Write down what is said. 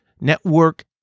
network